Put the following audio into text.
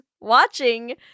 watching